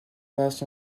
passe